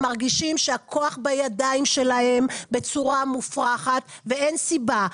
מרגישים שהכוח בידיים שלהם בצורה מופרכת ואין סיבה.